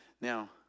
Now